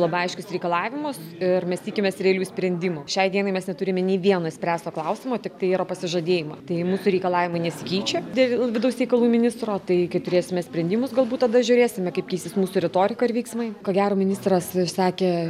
labai aiškius reikalavimus ir mes tikimės realių sprendimų šiai dienai mes neturime nei vieno išspręsto klausimo tiktai yra pasižadėjimai tai mūsų reikalavimai nesikeičia dėl vidaus reikalų ministro tai kai turėsime sprendimus galbūt tada žiūrėsime kaip keisis mūsų retorika ir veiksmai ko gero ministras išsakė